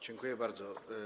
Dziękuję bardzo.